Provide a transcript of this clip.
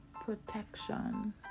Protection